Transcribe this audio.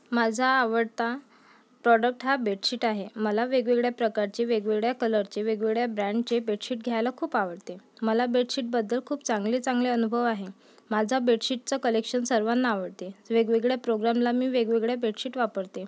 माझा आवडता प्रॉडक्ट हा बेडशीट आहे मला वेगवेगळ्या प्रकारचे वेगवेगळ्या कलरचे वेगवेगळ्या ब्रँडचे बेडशीट घ्यायला खूप आवडते मला बेडशीटबद्दल खूप चांगले चांगले अनुभव आहे माझा बेडशीटचं कलेक्शन सर्वांना आवडते वेगवेगळे प्रोग्रामला मी वेगवेगळे बेडशीट वापरते